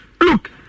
Look